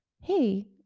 Hey